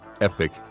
epic